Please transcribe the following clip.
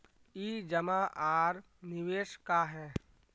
ई जमा आर निवेश का है?